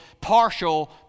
partial